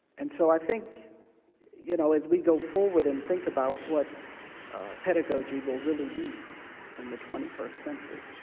and so i think you know as we go forward and think about what pedagogy will really be in the twenty first century,